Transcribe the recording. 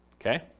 okay